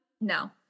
No